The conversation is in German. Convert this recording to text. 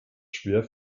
schwer